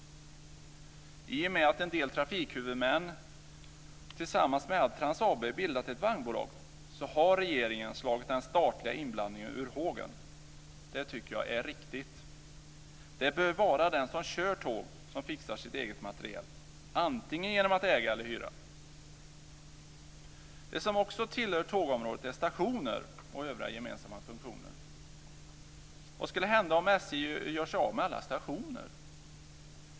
I och med att en del trafikhuvudmän tillsammans med Adtranz AB bildat ett vagnbolag har regeringen slagit den statliga inblandningen ur hågen. Det tycker jag är riktigt. Det bör vara den som kör tåg som fixar sitt eget material, antingen genom att äga eller hyra. Det som också tillhör tågområdet är stationer och övriga gemensamma funktioner. Vad skulle hända om SJ gjorde sig av med alla stationer?